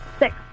six